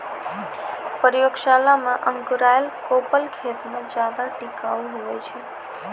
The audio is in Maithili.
प्रयोगशाला मे अंकुराएल कोपल खेत मे ज्यादा टिकाऊ हुवै छै